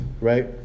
right